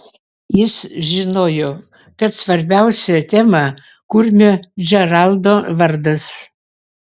jis žinojo kad svarbiausia tema kurmio džeraldo vardas